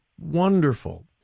wonderful